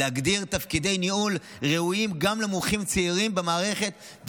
להגדיר תפקידי ניהול ראויים גם למומחים צעירים במערכת,